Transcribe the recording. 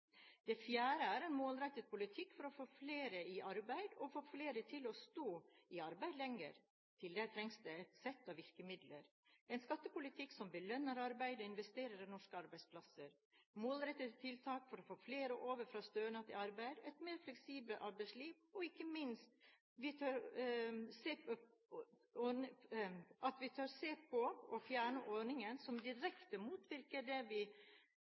Det fjerde er en målrettet politikk for å få flere i arbeid og få flere til å stå i arbeid lenger. Til det trengs det et sett av virkemidler: en skattepolitikk som belønner arbeid og investerer i norske arbeidsplasser, målrettede tiltak for å få flere over fra stønad til arbeid, et mer fleksibelt arbeidsliv, og ikke minst at vi tør se på og fjerne ordninger som direkte motvirker det vi